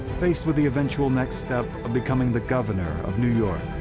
faced with the eventual next step of becoming the governor of new york,